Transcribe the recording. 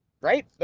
Right